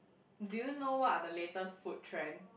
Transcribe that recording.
do you know what are the latest food trend